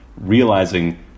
realizing